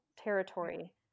territory